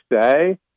say